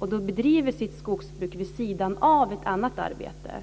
De bedriver sitt skogsbruk vid sidan av annat arbete.